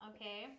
Okay